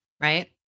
right